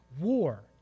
war